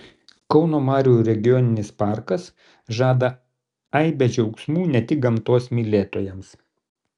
kauno marių regioninis parkas žada aibę džiaugsmų ne tik gamtos mylėtojams